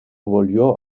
volvió